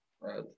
Right